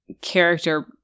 character